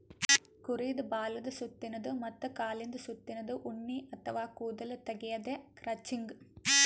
ಕುರಿದ್ ಬಾಲದ್ ಸುತ್ತಿನ್ದ ಮತ್ತ್ ಕಾಲಿಂದ್ ಸುತ್ತಿನ್ದ ಉಣ್ಣಿ ಅಥವಾ ಕೂದಲ್ ತೆಗ್ಯದೆ ಕ್ರಚಿಂಗ್